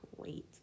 great